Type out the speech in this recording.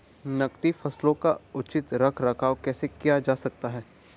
नकदी फसलों का उचित रख रखाव कैसे किया जा सकता है?